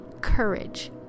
courage